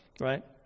right